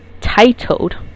titled